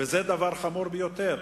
וזה דבר חמור ביותר.